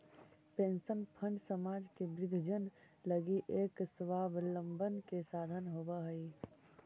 pension fund समाज के वृद्धजन लगी एक स्वाबलंबन के साधन होवऽ हई